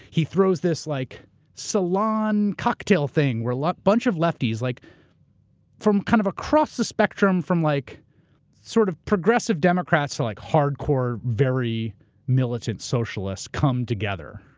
he throws this like salon cocktail thing where bunch of lefties like from kind of across the spectrum from like sort of progressive democrats to like hardcore, very militant socialists come together.